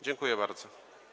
Dziękuję bardzo.